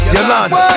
Yolanda